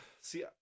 See